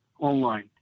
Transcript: online